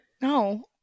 No